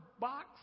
box